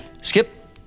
Skip